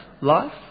life